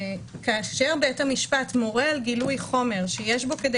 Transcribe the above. כאשר בית המשפט מורה על גילוי חומר שיש בו כדי